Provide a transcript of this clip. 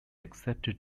accepted